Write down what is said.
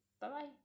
Bye-bye